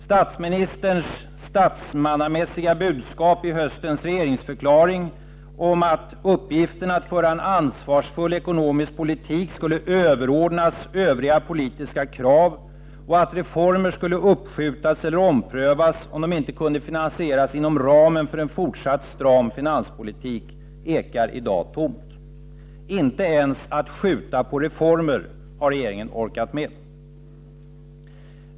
Statsministerns statsmannamässiga budskap i höstens regeringsförklaring om att uppgiften att föra en ansvarsfull ekonomisk politik skulle överordnas övriga politiska krav och att reformer skulle uppskjutas eller omprövas om de inte kunde finansieras inom ramen för en fortsatt stram finanspolitik ekar i dag tomt. Inte ens att skjuta på reformer har regeringen orkat med.